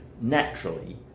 naturally